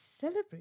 celebrate